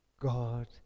God